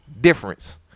Difference